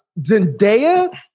Zendaya